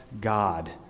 God